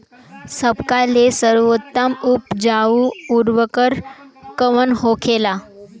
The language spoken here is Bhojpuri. सबका ले सर्वोत्तम उपजाऊ उर्वरक कवन होखेला?